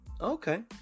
Okay